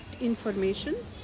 information